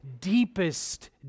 deepest